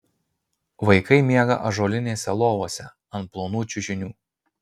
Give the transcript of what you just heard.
vaikai miega ąžuolinėse lovose ant plonų čiužinių